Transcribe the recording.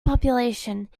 population